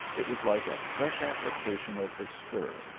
it was like a fresh application of the spur,